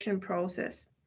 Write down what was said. process